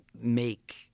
make